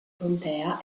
contea